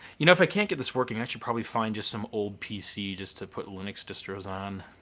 you know if i can't get this working, i should probably find just some old pc just to put linux distros on.